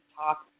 talk